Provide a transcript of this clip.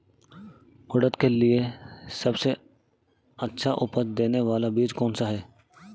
उड़द के लिए सबसे अच्छा उपज देने वाला बीज कौनसा है?